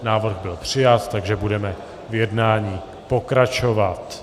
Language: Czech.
Návrh byl přijat, takže budeme v jednání pokračovat.